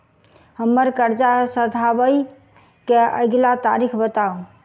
हम्मर कर्जा सधाबई केँ अगिला तारीख बताऊ?